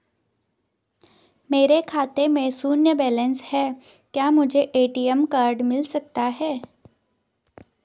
मेरे खाते में शून्य बैलेंस है क्या मुझे ए.टी.एम कार्ड मिल सकता है?